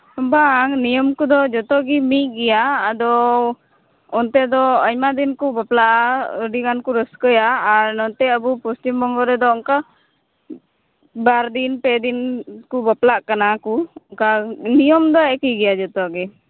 ᱵᱟᱝ ᱱᱤᱭᱟᱹᱢ ᱠᱚᱫᱚ ᱡᱚᱛᱚ ᱜᱮ ᱢᱤᱫ ᱜᱮᱭᱟ ᱟᱫᱚ ᱚᱱᱛᱮ ᱫᱚ ᱟᱭᱢᱟ ᱫᱤᱱ ᱠᱚ ᱵᱟᱯᱞᱟᱜᱼᱟ ᱟᱹᱰᱤ ᱜᱟᱱ ᱠᱚ ᱨᱟᱹᱥᱠᱟᱹᱭᱟ ᱟᱨ ᱱᱚᱛᱮ ᱟᱵᱚ ᱯᱚᱥᱪᱤᱢ ᱵᱚᱝᱜᱚ ᱨᱮᱫᱚ ᱚᱱᱠᱟ ᱵᱟᱨ ᱫᱤᱱ ᱯᱮ ᱫᱤᱱ ᱠᱚ ᱵᱟᱯᱞᱟᱜ ᱠᱟᱱᱟ ᱠ ᱚᱱᱠᱟ ᱱᱤᱭᱚᱢ ᱫᱚ ᱮᱠᱤᱭ ᱜᱮᱭᱟ ᱡᱚᱛᱚ ᱜᱮ